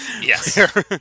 Yes